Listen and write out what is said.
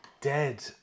dead